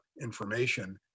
information